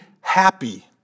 happy